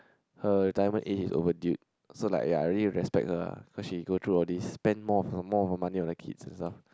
her retirement age is overdued so like ya I really respect her lah cause she go through all these spend more of her more of her money on the kids and stuff